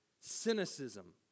cynicism